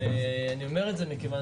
אני אומר את זה מכיוון